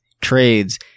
trades